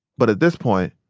but, at this point,